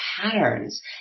patterns